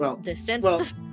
distance